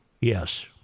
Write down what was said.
Yes